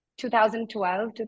2012